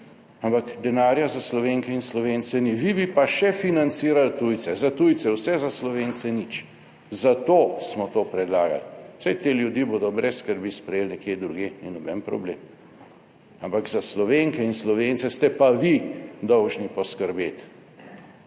ampak denarja za Slovenke in Slovence ni, vi bi pa še financirali tujce. Za tujce vse, za Slovence nič! Zato smo to predlagali. Saj te ljudi bodo brez skrbi sprejeli nekje drugje, ni noben problem, ampak za Slovenke in Slovence ste pa vi dolžni poskrbeti,